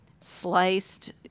sliced